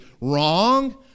wrong